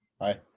Hi